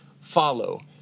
follow